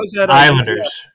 Islanders